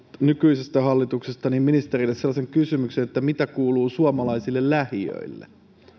nykyisestä hallituksesta ministerille sellaisen kysymyksen että mitä kuuluu suomalaisille lähiöille